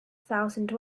thousand